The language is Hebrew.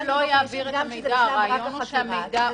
------ הוא לא יאפשר את העברת המידע.